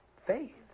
faith